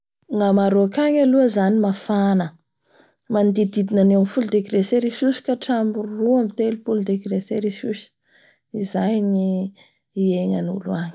Nga Maroc any aloha zay mafana manodididna ny eo amin'ny folo degé cericus ka hatramin'ny roa ambin'ny telopolo degrée cericus izay ny iengan'ol:o agny.